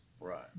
Right